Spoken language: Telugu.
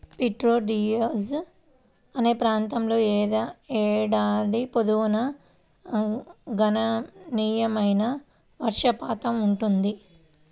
ప్రిటో డియాజ్ అనే ప్రాంతంలో ఏడాది పొడవునా గణనీయమైన వర్షపాతం ఉంటుంది